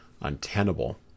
untenable